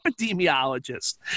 epidemiologist